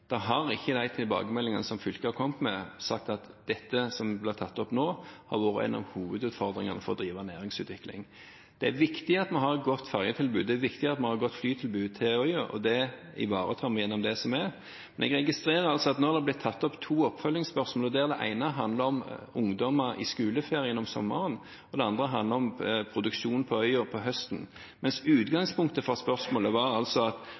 Det har ikke i tilbakemeldingene som fylket har kommet med, vært sagt at dette som blir tatt opp nå, har vært en av hovedutfordringene for å drive næringsutvikling. Det er viktig at vi har et godt ferjetilbud, det er viktig at vi har et godt flytilbud til øya, og det ivaretar vi gjennom det som er. Jeg registrerer at det nå har kommet to oppfølgingsspørsmål, der det ene handler om ungdommer i skoleferien om sommeren og det andre handler om produksjonen på øya om høsten. Mens utgangspunktet for spørsmålet var at om sommeren er det færre direkteavganger med ferje, så hevder man at